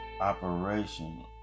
operation